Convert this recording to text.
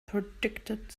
predicted